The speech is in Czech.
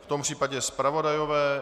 V tom případě zpravodajové.